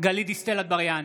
גלית דיסטל אטבריאן,